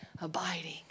Abiding